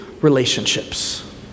relationships